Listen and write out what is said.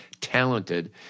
talented